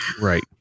Right